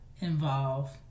involve